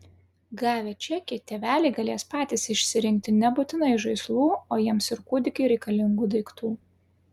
gavę čekį tėveliai galės patys išsirinkti nebūtinai žaislų o jiems ir kūdikiui reikalingų daiktų